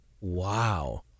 Wow